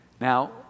Now